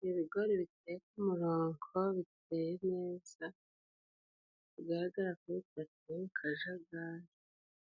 Ni bigori biteye umurongo biteye neza bigaragara ko bidateye mu kajagari.